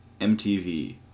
MTV